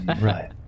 Right